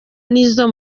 n’izo